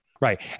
Right